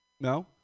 No